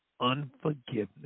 unforgiveness